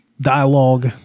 dialogue